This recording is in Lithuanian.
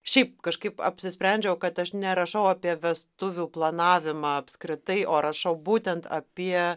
šiaip kažkaip apsisprendžiau kad aš nerašau apie vestuvių planavimą apskritai o rašau būtent apie